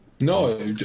no